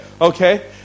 Okay